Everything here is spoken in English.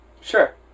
Sure